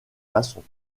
maçons